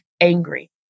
angry